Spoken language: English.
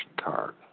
card